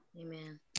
Amen